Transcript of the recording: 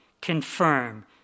confirm